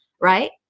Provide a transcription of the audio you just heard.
right